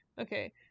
Okay